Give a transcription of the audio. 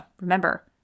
remember